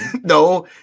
No